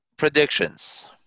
Predictions